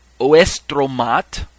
Oestromat